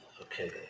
Okay